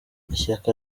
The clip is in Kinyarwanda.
ishyaka